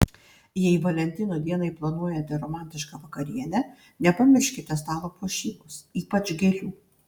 jei valentino dienai planuojate romantišką vakarienę nepamirškite stalo puošybos ypač gėlių